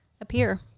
appear